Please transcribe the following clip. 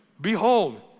Behold